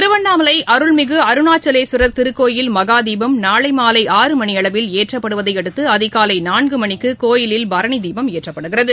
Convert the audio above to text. திருவண்ணாமலைஅருள்மிகுஅருணாச்சலலேஸ்வர் திருக்கோவில் மகாதீபம் நாளைமாலை ஆறு மணியளவில் ஏற்றப்படுவதையடுத்து அதிகாலைநான்குமணிக்குகோவிலில் பரணிதீபம் ஏற்றப்படுகிறது